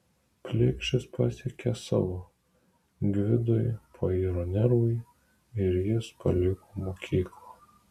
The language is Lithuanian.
plikšis pasiekė savo gvidui pairo nervai ir jis paliko mokyklą